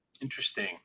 Interesting